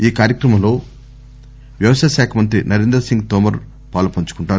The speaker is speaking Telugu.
ఈ కార్యక్రమంలో వ్యవసాయ శాఖ మంత్రి నరేంద్ర సింగ్ తోమార్ పాలు పంచుకుంటారు